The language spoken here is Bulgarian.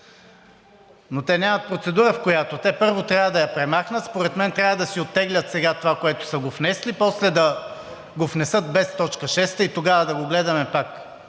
но нямат процедура, в която… Те първо трябва да я премахнат. Според мен трябва да си оттеглят сега това, което са внесли, после да го внесат без точка шеста и тогава да го гледаме пак.